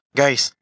guys